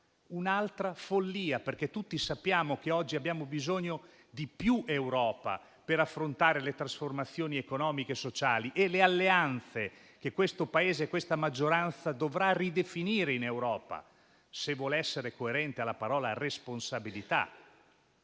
un'altra follia, perché tutti sappiamo che oggi abbiamo bisogno di più Europa per affrontare le trasformazioni economiche e sociali. Ci sono alleanze che questa maggioranza dovrà ridefinire per il nostro Paese in Europa, se vuol essere coerente con la parola responsabilità.